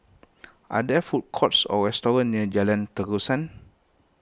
are there food courts or restaurants near Jalan Terusan